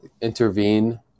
intervene